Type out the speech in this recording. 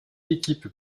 équipes